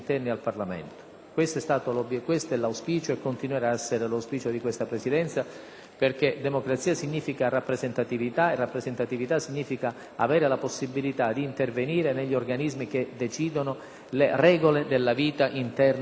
Questo è stato e continuerà ad essere l'auspicio di questa Presidenza, perché democrazia significa rappresentatività e rappresentatività significa avere la possibilità d'intervenire negli organismi che decidono le regole della vita interna del Senato.